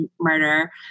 murder